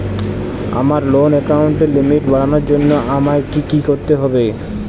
আমার লোন অ্যাকাউন্টের লিমিট বাড়ানোর জন্য আমায় কী কী করতে হবে?